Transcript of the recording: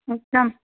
একদম